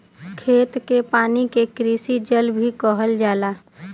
खेत के पानी के कृषि जल भी कहल जाला